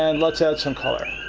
and let's add some color.